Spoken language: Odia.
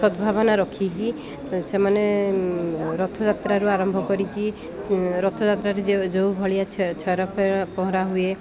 ସଦ୍ଭାବନା ରଖିକି ସେମାନେ ରଥଯାତ୍ରାରୁ ଆରମ୍ଭ କରିକି ରଥଯାତ୍ରାରେ ଯେଉଁ ଭଳିଆ ଛେରା ପହଁରା ହୁଏ